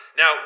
Now